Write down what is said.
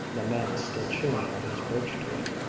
the man still chewing on his birch-twig.